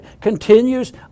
continues